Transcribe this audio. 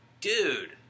dude